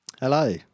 Hello